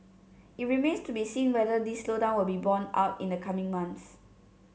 it remains to be seen whether this slowdown will be borne out in the coming months